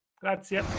Grazie